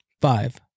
Five